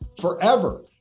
forever